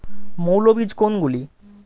মৌল বীজ কোনগুলি?